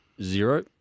Zero